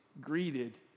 greeted